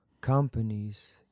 companies